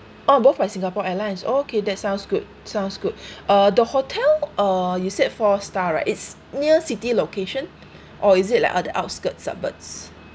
oh both by singapore airlines okay that sounds good sounds good uh the hotel uh you said four star right it's near city location or is it like on the outskirts suburbs